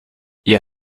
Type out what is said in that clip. ihr